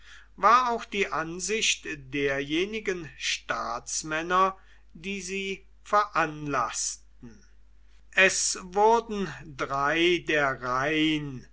war auch die ansicht derjenigen staatsmänner die sie veranlaßten es wurden drei der rhein